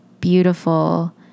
beautiful